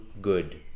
good